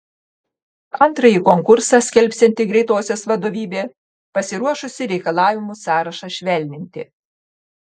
antrąjį konkursą skelbsianti greitosios vadovybė pasiruošusi reikalavimų sąrašą švelninti